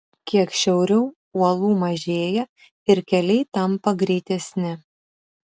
kiek šiauriau uolų mažėja ir keliai tampa greitesni